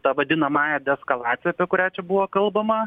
ta vadinamąja deeskalacija apie kurią čia buvo kalbama